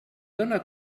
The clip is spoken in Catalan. done